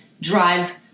drive